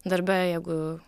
darbe jeigu